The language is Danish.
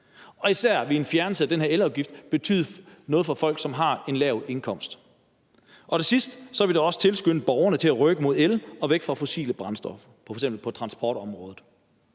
især vil en fjernelse af den her elafgift betyde noget for folk, som har en lav indkomst. Og til sidst vil det også tilskynde borgerne til at rykke mod el og væk fra fossile brændstoffer, f.eks. på transportområdet.